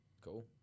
Cool